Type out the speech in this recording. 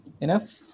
enough